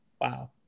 Wow